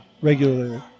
regularly